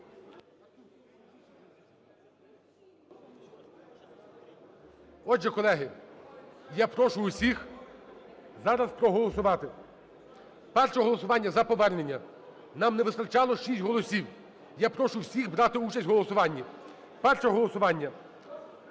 Отже, колеги, я прошу усіх зараз проголосувати. Перше голосування - за повернення. Нам не вистачало 6 голосів, я прошу всіх брати участь в голосуванні. Перше голосування